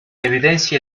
evidencia